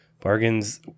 Bargains